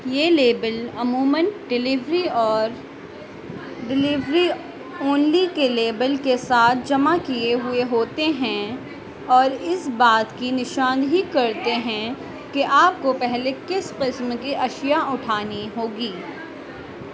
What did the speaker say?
یہ لیبل عموماً ڈیلیوری اور ڈیلیوری اونلی کے لیبل کے ساتھ جمع کیے ہوئے ہوتے ہیں اور اس بات کی نشان دہی کرتے ہیں کہ آپ کو پہلے کس قسم کی اشیا اٹھانی ہو گی